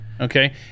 Okay